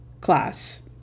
class